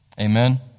Amen